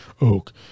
oak